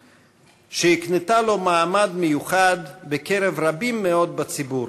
שהקנתה לו מעמד מיוחד בקרב רבים מאוד בציבור,